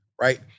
right